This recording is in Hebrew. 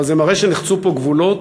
אבל זה מראה שנחצו פה גבולות,